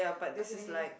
okay